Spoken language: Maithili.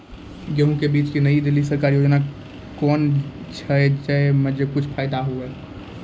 गेहूँ के बीज की नई दिल्ली सरकारी योजना कोन छ जय मां कुछ फायदा हुआ?